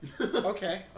Okay